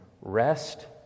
rest